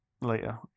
Later